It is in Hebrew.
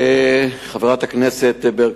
חברת הכנסת ברקוביץ,